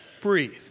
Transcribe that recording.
Breathe